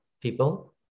people